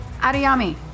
Adiyami